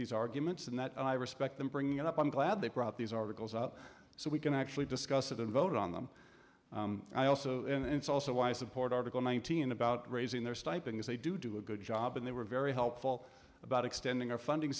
these arguments and that i respect them bringing it up i'm glad they brought these articles up so we can actually discuss it and vote on them i also and it's also why i support article nineteen about raising their stipends they do do a good job and they were very helpful about extending our funding